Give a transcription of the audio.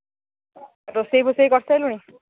ରୋଷେଇ ଫୋଷେଇ କରିସାରିଲୁଣି